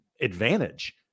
advantage